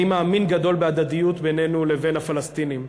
אני מאמין גדול בהדדיות בינינו לבין הפלסטינים.